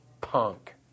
punk